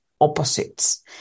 opposites